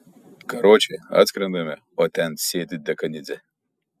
karoče atskrendame o ten sėdi dekanidzė